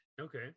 okay